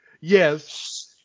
Yes